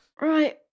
Right